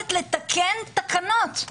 היכולת לתקן תקנות.